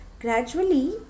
Gradually